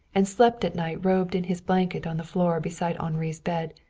and slept at night robed in his blanket on the floor beside henri's bed,